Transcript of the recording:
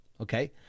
Okay